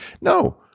no